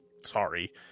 sorry